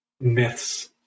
myths